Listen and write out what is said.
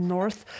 North